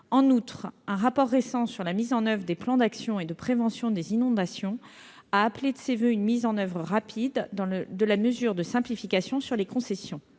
auteurs d'un rapport récent sur la mise en oeuvre des plans d'action et de prévention des inondations appellent de leurs voeux une mise en oeuvre rapide de la mesure de simplification relative aux concessions.